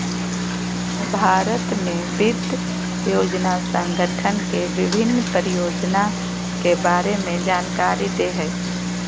भारत में वित्त योजना संगठन के विभिन्न परियोजना के बारे में जानकारी दे हइ